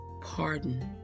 pardon